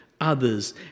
others